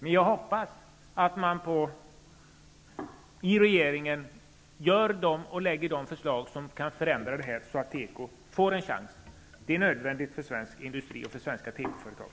Men jag hoppas att regeringen lägger fram de förslag som kan förändra situationen så att teko får en chans. Det är nödvändigt för svensk industri och för svenska tekoföretag.